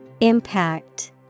Impact